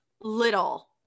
little